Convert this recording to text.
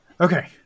Okay